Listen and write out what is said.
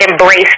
Embrace